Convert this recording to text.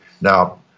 Now